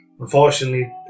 unfortunately